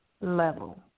level